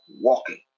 walking